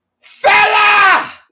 Fella